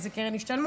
מה זו קרן השתלמות,